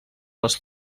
les